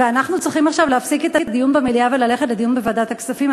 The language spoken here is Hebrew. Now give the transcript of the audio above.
ואנחנו צריכים עכשיו להפסיק את הדיון במליאה וללכת לדיון בוועדת הכספים?